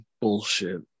bullshit